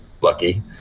lucky